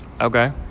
Okay